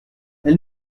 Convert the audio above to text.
elle